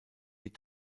die